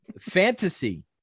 Fantasy